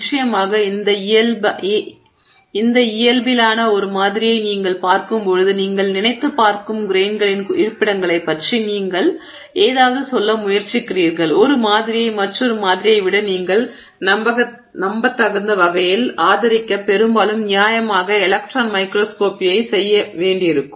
நிச்சயமாக இந்த இயல்பிலான ஒரு மாதிரியை நீங்கள் பார்க்கும்போது நீங்கள் நினைத்துப் பார்க்கும்போது கிரெய்ன்களின் இருப்பிடங்களைப் பற்றி நீங்கள் ஏதாவது சொல்ல முயற்சிக்கிறீர்கள் ஒரு மாதிரியை மற்றொரு மாதிரியை விட நீங்கள் நம்பத்தகுந்த வகையில் ஆதரிக்க பெரும்பாலும் நியாயமாக எலக்ட்ரான் மைக்ரோஸ்கோப்பியை செய்ய வேண்டியிருக்கும்